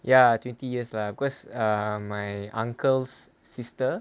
ya twenty years lah cause uh my uncle's sister